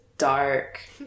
Dark